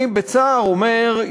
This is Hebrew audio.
אני בצער אומר,